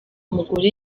mugore